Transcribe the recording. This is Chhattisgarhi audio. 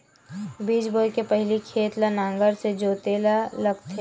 बीज बोय के पहिली खेत ल नांगर से जोतेल लगथे?